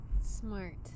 smart